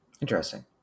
Interesting